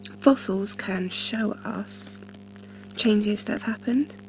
fossils can show us changes that have happened.